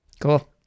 Cool